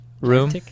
room